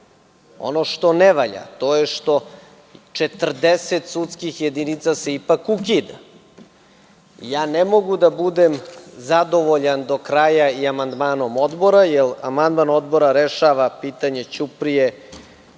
što ne valja, to je što 40 sudskih jedinica se ipak ukida. Ne mogu da budem zadovoljan do kraja amandmanom Odbora, jer amandman Odbora rešava pitanje Ćuprije,